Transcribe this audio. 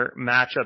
matchup